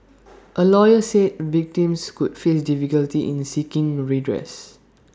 A lawyer said victims could face difficulties in seeking redress